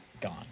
gone